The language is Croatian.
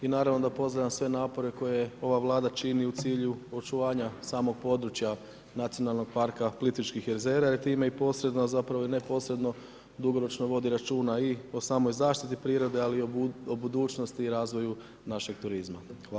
I naravno da pozdravljam sve napore koje ova Vlada čini u cilju očuvanja samog područja Nacionalnog parka Plitvičkih jezera jer time i posredno, a zapravo i neposredno dugoročno vodi računa i o samoj zaštiti prirode, ali i o budućnosti i razvoju našeg turizma.